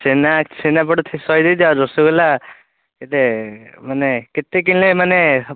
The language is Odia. ଛେନା ଛେନାପୋଡ଼ ଶହେ ଦେଇଦିଅ ଆଉ ରସଗୋଲା କେତେ ମାନେ କେତେ କିଣିଲେ ମାନେ